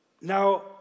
Now